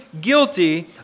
guilty